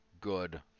good